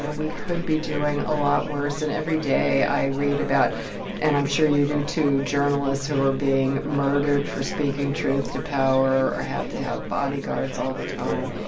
and we could be doing a lot worse. and every day, i read about and i'm sure you do, too journalists who are being murdered for speaking truth to power or have to have bodyguards all the time.